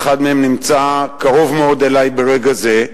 ואחד מהם נמצא קרוב מאוד אלי ברגע זה,